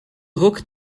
hook